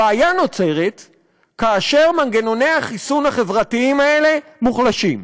הבעיה נוצרת כאשר מנגנוני החיסון החברתיים האלה מוחלשים.